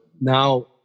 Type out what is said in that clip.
now